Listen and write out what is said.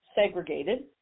segregated